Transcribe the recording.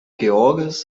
george’s